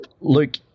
Luke